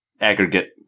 aggregate